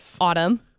autumn